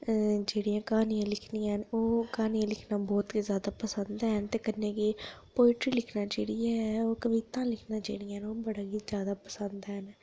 जेह्ड़ियां क्हानियां लिखनियां ओह् क्हानी लिखना बहुत जैदा पसंद ऐ ते कन्नै गै पोइट्री लिखना जेह्ड़ी ऐ ओह् कविता लिखना जेह्ड़ियां हैन बहुत जैदा पसंद न